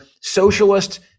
socialist